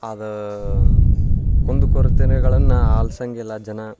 ಅದೇ ಕುಂದು ಕೊರತೆಗಳನ್ನ ಆಲ್ಸೋಂಗಿಲ್ಲ ಜನ